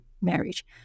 marriage